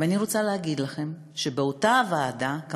אני רוצה להגיד לכם שבאותה הוועדה היו,